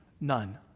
none